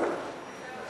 התשע"ד 2014, נתקבל.